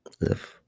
live